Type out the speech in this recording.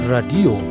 Radio